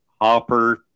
Hopper